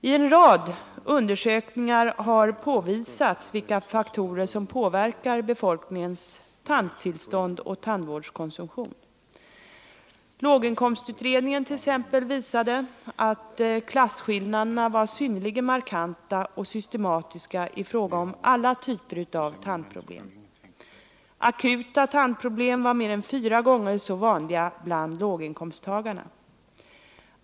I en rad svenska undersökningar har påvisats vilka faktorer som påverkar befolkningens tandtillstånd och tandvårdskonsumtion. Låginkomstutredningen t.ex. visade att klasskillnaderna var synnerligen markanta och systematiska i fråga om alla typer av tandproblem. Akuta tandproblem var mer än fyra gånger så vanliga bland låginkomsttagarna.